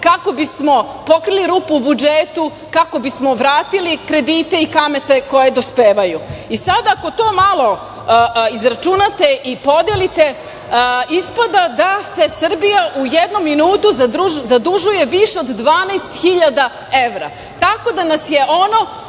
kako bismo pokrili rupu u budžetu, kako bismo vratili kredite i kamate koje dospevaju. Sada ako to malo izračunate i podelite, ispada da se Srbija u jednom minutu zadužuje više od 12.000 evra, tako da nas je ono